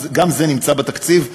גם זה נמצא בתקציב,